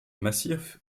massif